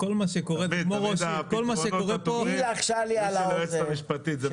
שלחשה לי על האוזן.